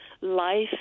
life